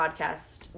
podcast